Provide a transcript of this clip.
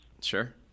Sure